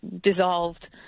dissolved